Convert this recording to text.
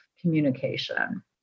communication